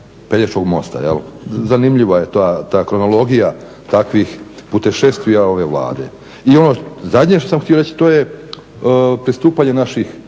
Pelješkog mosta. Jel? Zanimljiva je ta kronologija takvih putem …/Govornik se ne razumije./… Vlade. I ono zadnje što sam htio reći, to je pristupanje naših